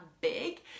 big